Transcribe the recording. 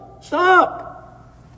Stop